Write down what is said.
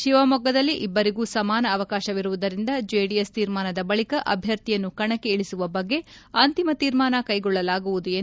ಶಿವಮೊಗ್ಗದಲ್ಲಿ ಇಬ್ಬರಿಗೂ ಸಮಾನ ಅವಕಾಶವಿರುವುದರಿಂದ ಜೆಡಿಎಸ್ ತೀರ್ಮಾನದ ಬಳಿಕ ಅಭ್ಯರ್ಥಿಯನ್ನು ಕಣಕ್ಕೆ ಇಳಿಸುವ ಬಗ್ಗೆ ಅಂತಿಮ ತೀರ್ಮಾನ ಕೈಗೊಳ್ಳಲಾಗುವುದು ಎಂದು ಉಪ ಮುಖ್ಯಮಂತ್ರಿ ಡಾ